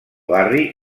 barri